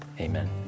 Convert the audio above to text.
Amen